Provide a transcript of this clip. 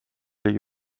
ligi